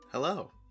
Hello